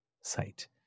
site